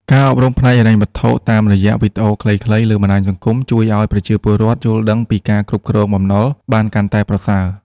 ការអប់រំផ្នែកហិរញ្ញវត្ថុតាមរយៈវីដេអូខ្លីៗលើបណ្ដាញសង្គម ជួយឱ្យប្រជាពលរដ្ឋយល់ដឹងពីការគ្រប់គ្រងបំណុលបានកាន់តែប្រសើរ។